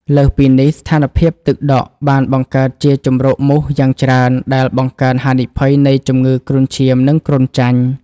លើសពីនេះ ស្ថានភាពទឹកដក់បានបង្កើតជាជម្រកមូសយ៉ាងច្រើន ដែលបង្កើនហានិភ័យនៃជំងឺគ្រុនឈាម និងគ្រុនចាញ់។